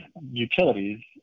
utilities